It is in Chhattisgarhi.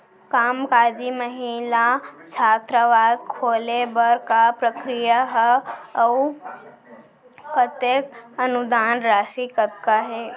कामकाजी महिला छात्रावास खोले बर का प्रक्रिया ह अऊ कतेक अनुदान राशि कतका हे?